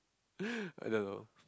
I don't know